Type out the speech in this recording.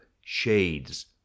Shades